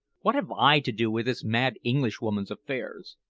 what have i to do with this mad englishwoman's affairs?